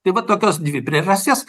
tai va tokios dvi priežastis